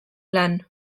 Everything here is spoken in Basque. lan